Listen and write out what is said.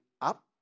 up